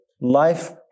life